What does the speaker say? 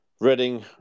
Reading